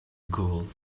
gold